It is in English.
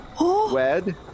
wed